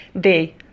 day